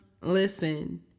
listen